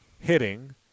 hitting